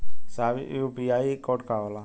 साहब इ UPI code का होला?